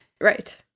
Right